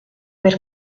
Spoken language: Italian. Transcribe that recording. per